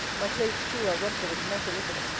my clothes too are rumpled not a little.